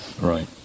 right